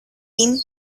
been